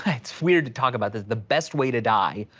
it's weird to talk about this the best way to die,